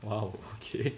!wow! okay